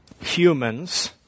humans